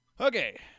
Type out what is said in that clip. Okay